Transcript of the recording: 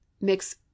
Mix